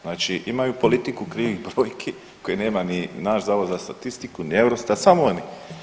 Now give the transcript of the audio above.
Znači imaju politiku krivih brojki koje nema ni naš Zavod za statistiku ni Eurostat, samo oni.